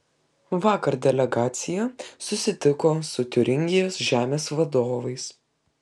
vakar delegacija susitiko su tiuringijos žemės vadovais